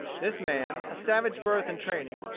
this man, of savage birth and training,